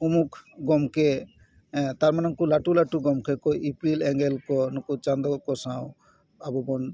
ᱩᱢᱩᱠ ᱜᱚᱢᱠᱮ ᱛᱟᱨ ᱢᱟᱱᱮ ᱩᱱᱠᱩ ᱞᱟᱹᱴᱩ ᱞᱟᱹᱴᱩ ᱜᱚᱢᱠᱮ ᱠᱚ ᱤᱯᱤᱞ ᱮᱸᱜᱮᱞ ᱠᱚ ᱱᱩᱠᱩ ᱪᱟᱸᱫᱳ ᱠᱚ ᱥᱟᱶ ᱟᱵᱚ ᱵᱚᱱ